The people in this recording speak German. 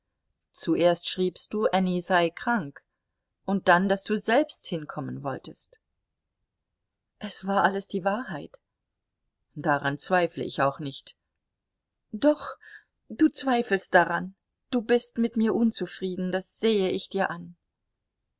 zuerst schriebst du anny sei krank und dann daß du selbst hinkommen wolltest es war alles die wahrheit daran zweifle ich auch nicht doch du zweifelst daran du bist mit mir unzufrieden das sehe ich dir an